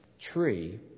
tree